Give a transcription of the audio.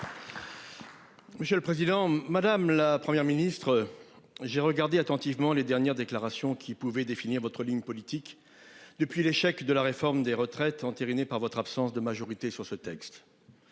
Monsieur le président, madame, la Première ministre. J'ai regardé attentivement les dernières déclarations qui pouvait définir votre ligne politique depuis l'échec de la réforme des retraites entérinée par votre absence de majorité sur ce texte.